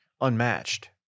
unmatched